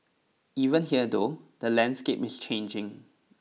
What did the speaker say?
even here though the landscape is changing